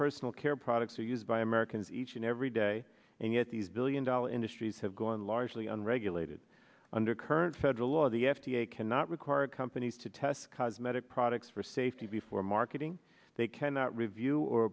personal care products are used by americans each and every day and yet these billion dollar industries have gone largely unregulated under current federal law the f d a cannot require companies to test cosmetic products for safety before marketing they cannot review or